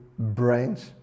brains